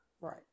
Right